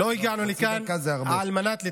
חצי דקה זה הרבה.